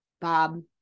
bob